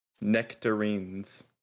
Nectarines